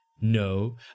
No